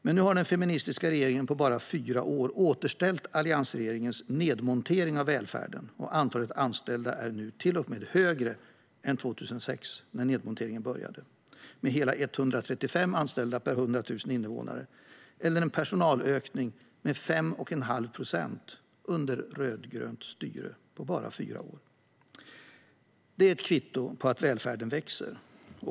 Men nu har den feministiska regeringen på bara fyra år återställt alliansregeringens nedmontering av välfärden. Antalet anställda är nu till och med högre än 2006, när nedmonteringen började. Vi har nu hela 135 anställda per 1 000 invånare, vilket är en personalökning med 5 1⁄2 procent under rödgrönt styre på bara fyra år. Det är ett kvitto på att välfärden växer.